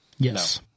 Yes